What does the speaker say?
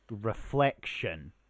reflection